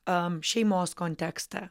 am šeimos kontekstą